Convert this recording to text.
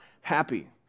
happy